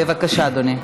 בבקשה, אדוני.